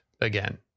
again